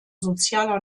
sozialer